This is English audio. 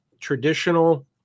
traditional